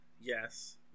yes